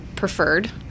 preferred